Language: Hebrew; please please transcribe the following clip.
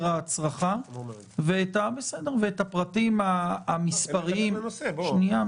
ההצרחה" ואת הפרטים המספריים ------ את הנושא,